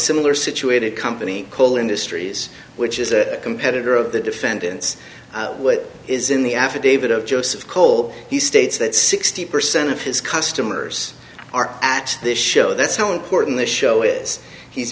similar situated company called industries which is a competitor of the defendants what is in the affidavit of joseph cole he states that sixty percent of his customers are at this show that's how important the show is he's